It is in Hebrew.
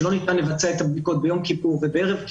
כדי לתת מענה מיידי לחגי תשרי ומענה רחב יותר